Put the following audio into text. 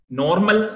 normal